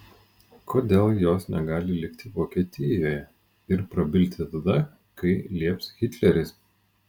kodėl jos negali likti vokietijoje ir prabilti tada kai lieps hitleris